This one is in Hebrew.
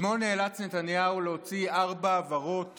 אתמול נאלץ נתניהו להוציא ארבע הבהרות